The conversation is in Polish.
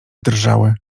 drżały